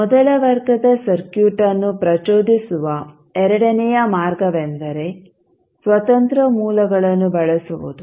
ಮೊದಲ ವರ್ಗದ ಸರ್ಕ್ಯೂಟ್ಅನ್ನು ಪ್ರಚೋದಿಸುವ ಎರಡನೆಯ ಮಾರ್ಗವೆಂದರೆ ಸ್ವತಂತ್ರ ಮೂಲಗಳನ್ನು ಬಳಸುವುದು